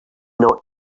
not